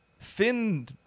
thin